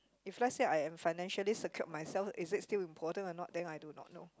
if let's say I am financially secured myself is it still important or not then I do not know